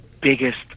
biggest